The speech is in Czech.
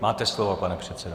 Máte slovo, pane předsedo.